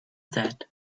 that